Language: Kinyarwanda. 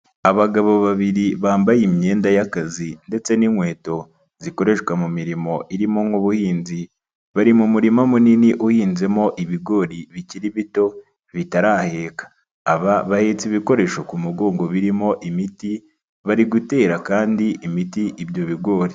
Abagabo babiri bambaye imyenda y'akazi ndetse n'inkweto, zikoreshwa mu mirimo irimo nk'ubuhinzi, bari mu murima munini uhinzemo ibigori bikiri bito bitaraheka, aba bahetse ibikoresho ku mugongo birimo imiti, bari gutera kandi imiti ibyo bigori.